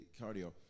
cardio